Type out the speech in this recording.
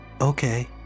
Okay